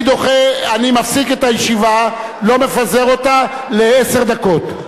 אני מפסיק את הישיבה, לא מפזר אותה, לעשר דקות.